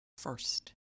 First